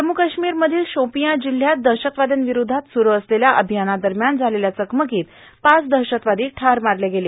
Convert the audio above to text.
जम्मू काश्मीरमधल्या शोपिया जिल्हयात दहशतवाद्यांविरोधात सुरू असलेल्या अभियानादरम्यान झालेल्या चकमकीत पाच दहशतवादी ठार मारले गेले